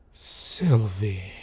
Sylvie